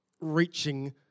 reaching